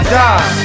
die